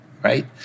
right